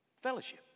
Fellowship